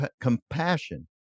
compassion